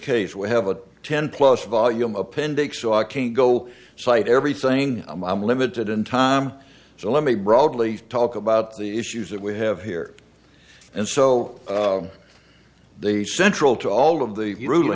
case we have a ten plus volume appendix so i can go cite everything i'm limited in time so let me broadly talk about the issues that we have here and so the central to all of the